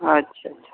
اچھا